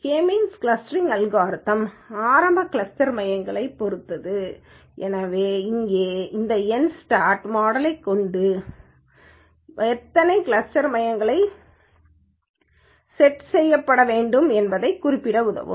K means clustering algorithm ஆரம்ப cluster மையங்களைப் பொறுத்தது இங்கே இந்த nstart மாடலை கொண்டு வர எத்தனை கிளஸ்டர் மையங்களின் செட் பயன்படுத்தப்பட வேண்டும் என்பதைக் குறிப்பிட உதவும்